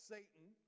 Satan